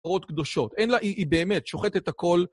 פרות קדושות. אין לה, היא, היא באמת שוחטת את הכל.